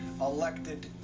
elected